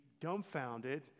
dumbfounded